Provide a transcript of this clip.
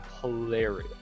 hilarious